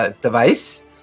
Device